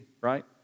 right